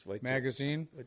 magazine